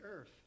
earth